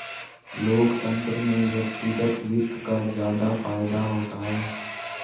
लोकतन्त्र में व्यक्तिगत वित्त का ज्यादा फायदा होता है